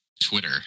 Twitter